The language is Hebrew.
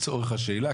לצורך השאלה.